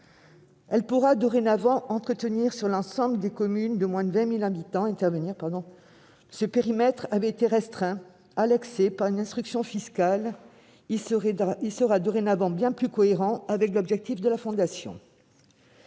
Elle pourra dorénavant intervenir sur l'ensemble des communes de moins de 20 000 habitants. Ce périmètre avait été restreint, à l'excès, par une instruction fiscale ; il sera dorénavant bien plus cohérent avec les objectifs de la Fondation.